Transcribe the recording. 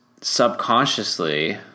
subconsciously